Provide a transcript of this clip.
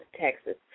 Texas